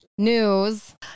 News